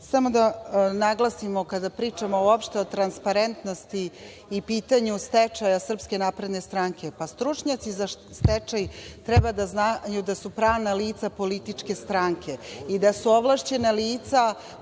da naglasimo, kada pričamo uopšte o transparentnosti i pitanju stečaja Srpske napredne stranke, pa stručnjaci za stečaj treba da znaju da su pravna lica političke stranke i da su ovlašćena lica, po zakonu,